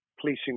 policing